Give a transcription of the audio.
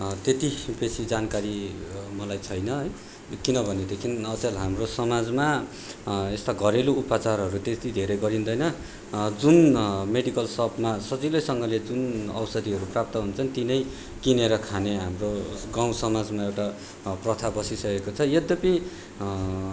त्यति बेसी जानकारी मलाई छैन है किनभनेदेखि अचेल हाम्रो समाजमा यस्ता घरेलु उपाचारहरू त्यति धेरै गरिँदैन जुन मेडिकल सपमा सजिलैसँगले जुन औषधीहरू प्राप्त हुन्छन् ती नै किनेर खाने हाम्रो गाउँ समाजमा एउटा प्रथा बसिसकेको छ यद्धपि